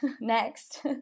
Next